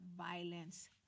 violence